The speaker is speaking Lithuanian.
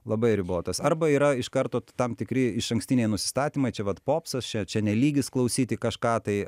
labai ribotas arba yra iš karto tam tikri išankstiniai nusistatymai čia vat popsas čia čia ne lygis klausyti kažką tai